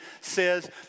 says